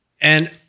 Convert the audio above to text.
And-